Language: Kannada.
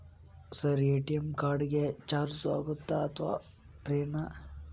ಸರ್ ಎ.ಟಿ.ಎಂ ಕಾರ್ಡ್ ಗೆ ಚಾರ್ಜು ಆಗುತ್ತಾ ಅಥವಾ ಫ್ರೇ ನಾ?